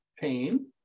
pain